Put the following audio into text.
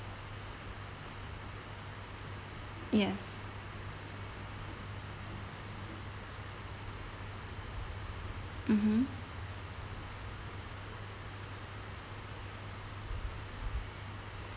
yes mmhmm